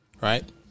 right